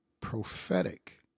prophetic